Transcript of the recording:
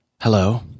Hello